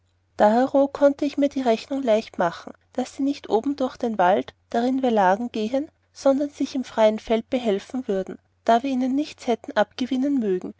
dahero konnte ich mir die rechnung leicht machen daß sie nicht oben durch den wald darin wir lagen gehen sondern sich im freien feld behelfen würden da wir ihnen nichts hätten abgewinnen mögen